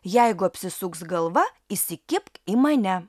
jeigu apsisuks galva įsikibk į mane